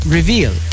reveal